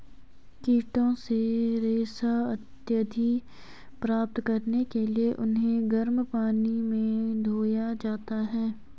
कीटों से रेशा इत्यादि प्राप्त करने के लिए उन्हें गर्म पानी में धोया जाता है